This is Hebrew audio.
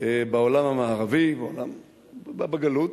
בעולם המערבי, בגלות.